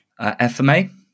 FMA